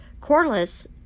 Corliss